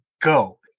go